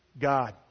God